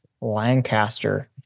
Lancaster